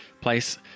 Place